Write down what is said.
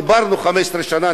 דיברנו 15 שנה,